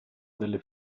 delle